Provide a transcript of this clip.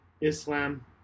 Islam